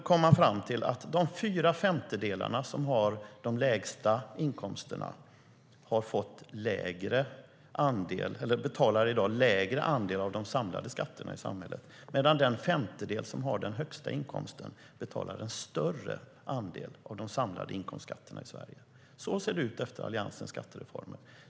Man kom då fram till att de fyra femtedelar som har de lägsta inkomsterna betalar en mindre andel av de samlade skatterna i samhället i dag, medan den femtedel som har den högsta inkomsten betalar en större andel av de samlade inkomstskatterna i Sverige. Så ser det ut efter Alliansens skattereformer.